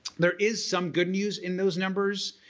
there is some good news in those numbers.